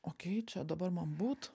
okei čia dabar man būt